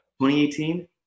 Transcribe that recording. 2018